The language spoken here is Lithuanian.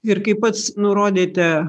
ir kaip pats nurodėte